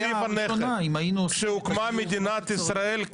כשהוקמה מדינת ישראל,